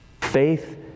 Faith